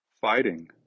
fighting